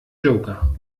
joker